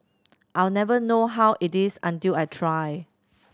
I'll never know how it is until I try